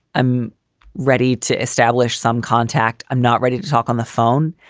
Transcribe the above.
i'm ready to establish some contact. i'm not ready to talk on the phone.